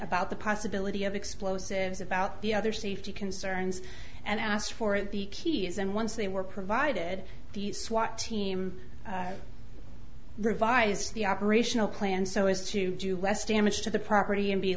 about the possibility of explosives about the other safety concerns and asked for the keys and once they were provided the swat team revise the operational plan so as to do west damage to the property and be